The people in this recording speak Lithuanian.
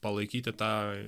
palaikyti tą